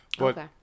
Okay